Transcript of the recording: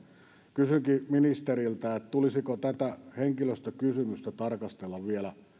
kysynkin ministeriltä tulisiko tätä henkilöstökysymystä tarkastella vielä